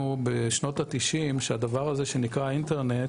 בשנות ה-90' שהדבר הזה שנקרא אינטרנט,